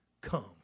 come